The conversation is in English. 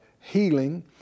healing